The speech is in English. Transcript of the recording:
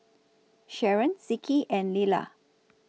Sharon Zeke and Leila